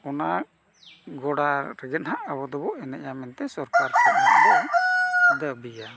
ᱚᱱᱟ ᱜᱚᱰᱟ ᱨᱮᱜᱮ ᱱᱟᱜ ᱟᱵᱚ ᱫᱚᱵᱚᱱ ᱮᱱᱮᱡᱼᱟ ᱢᱮᱱᱛᱮ ᱥᱚᱨᱠᱟᱨ ᱴᱷᱮᱱ ᱱᱟᱜ ᱵᱚᱱ ᱫᱟᱹᱵᱤᱭᱟ